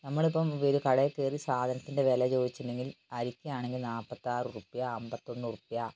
നമ്മളിപ്പം ഒരു കടയിൽ കയറി സാധനത്തിൻ്റെ വില ചോദിച്ചില്ലെങ്കിൽ അരിക്കാണെങ്കിൽ നാല്പത്തിയാറ് ഉറുപ്പിക അമ്പത്തൊന്ന് ഉറുപ്പിക